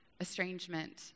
estrangement